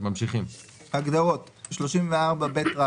הגדרות34ב.